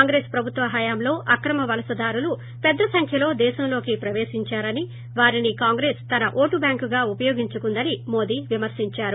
కాంగ్రెస్ ప్రభుత్వ హయాంలో అక్రమ వలసదారులు పెద్ద సంఖ్యలో దేశంలోకి ప్రవేశిందారని వారిని కాంగ్రెస్ తన ఓటు బ్యాంకుగా ఉపయోగించుకుందని మోదీ విమర్పించారు